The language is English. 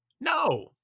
no